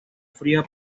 fría